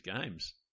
games